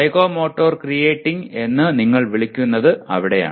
psychomotor creating എന്ന് നിങ്ങൾ വിളിക്കുന്നത് അവിടെയാണ്